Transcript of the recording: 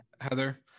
heather